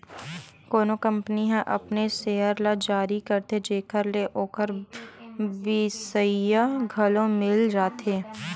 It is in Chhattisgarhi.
कोनो कंपनी ह अपनेच सेयर ल जारी करथे जेखर ले ओखर बिसइया घलो मिल जाथे